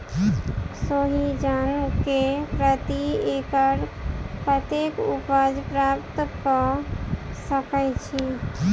सोहिजन केँ प्रति एकड़ कतेक उपज प्राप्त कऽ सकै छी?